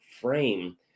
frame